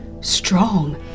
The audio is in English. strong